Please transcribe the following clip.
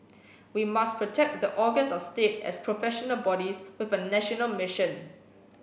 we must protect the organs of state as professional bodies with a national mission